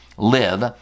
live